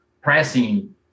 pressing